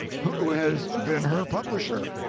who has been her publisher?